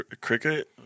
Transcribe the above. Cricket